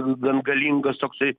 gan galingas toksai